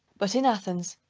but in athens,